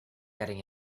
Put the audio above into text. getting